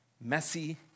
Messy